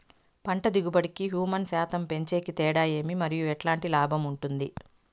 పంట దిగుబడి కి, హ్యూమస్ శాతం పెంచేకి తేడా ఏమి? మరియు ఎట్లాంటి లాభం ఉంటుంది?